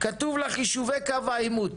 כתוב לך יישובי קו העימות,